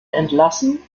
entlassen